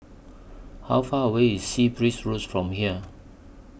How Far away IS Sea Breeze Road from here